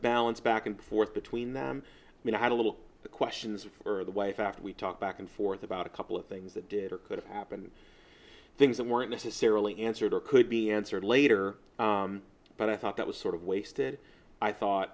balance back and forth between them and i had a little the questions for the wife after we talked back and forth about a couple of things that did or could have happened things that weren't necessarily answered or could be answered later but i thought that was sort of wasted i thought